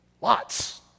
Lots